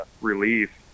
relief